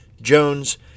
Jones